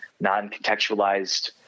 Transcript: non-contextualized